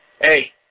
hey